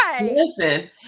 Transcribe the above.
listen